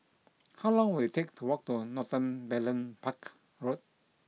How long will it take to walk to Northumberland Parts Road